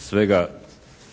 svega